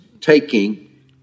taking